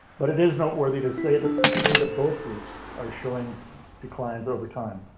but it is noteworthy to say that to see that both groups are showing declines overtime.